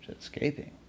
escaping